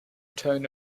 tone